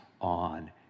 on